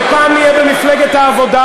ופעם נהיה במפלגת העבודה,